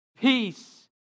Peace